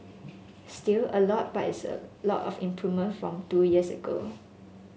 still a lot but it's a lot of improvement from two years ago